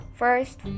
First